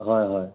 হয় হয়